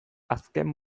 azken